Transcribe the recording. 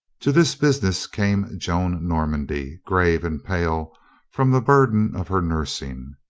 to this business came joan normandy, grave and pale from the burden of her nursing.